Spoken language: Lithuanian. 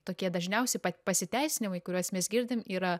tokie dažniausi pasiteisinimai kuriuos mes girdim yra